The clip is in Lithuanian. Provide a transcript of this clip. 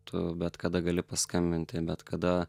tu bet kada gali paskambinti bet kada